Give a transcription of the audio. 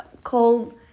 called